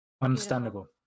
Understandable